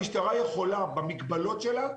המשטרה יכולה במגבלות שלה,